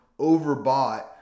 overbought